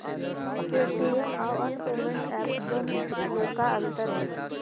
Paytm आउ अन्य payment एपबन में का अंतर हई?